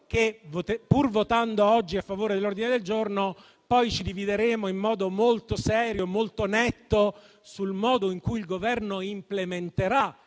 che, pur votando oggi a favore dell'ordine del giorno, poi ci divideremo in modo molto serio e molto netto sul modo in cui il Governo attuerà